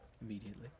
immediately